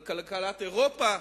על כלכלת אירופה,